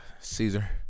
Caesar